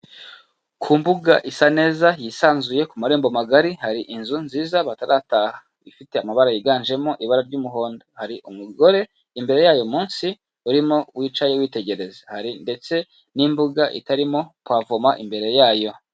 Ku mbuga isa neza yisanzuye, ku marembo magari hari inzu nziza batarataha ifite amabara yiganjemo ibara ry'umuhondo, hari umugore imbere yayo munsi urimo wicaye witegereza, hari ndetse n'imbuga itarimo pavoma imbere yayo.